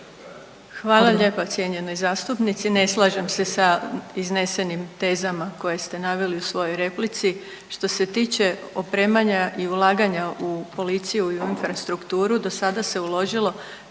Hvala lijepa cijenjenoj zastupnici. Ne slažem se sa iznesenim tezama koje ste naveli u svojoj replici. Što se tiče opremanja i ulaganja u policiju i unutar strukturu dosada se uložilo